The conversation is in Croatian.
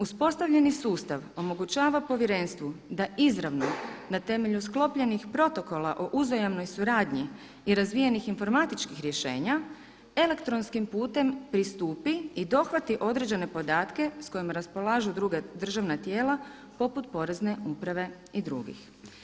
Uspostavljeni sustav omogućava povjerenstvu da izravno na temelju sklopljenih protokola o uzajamnoj suradnji i razvijenih informatičkih rješenja elektronskim putem pristupi i dohvati određene podatke s kojima raspolažu druga državna tijela poput Porezne uprave i drugih.